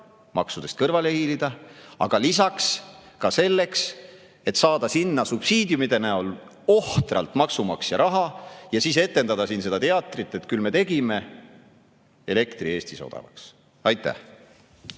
maksudest kõrvale hiilida, aga lisaks ka selleks, et saada sinna subsiidiumide näol ohtralt maksumaksja raha ja siis etendada siin seda teatrit, et küll me tegime elektri Eestis odavaks? Aitäh!